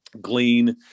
glean